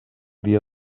dia